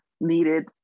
needed